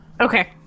Okay